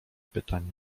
pytania